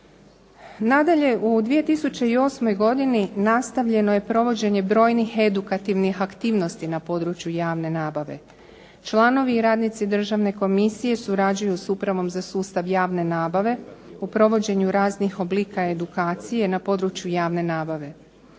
Nadalje, u 2008. godini nastavljeno je provođenje brojnih edukativnih aktivnosti na području javne nabave. Članovi i radnici Državne komisije surađuju s Upravom za sustav javne nabave u provođenju raznih oblika edukacije na području javne nabave.